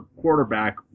quarterback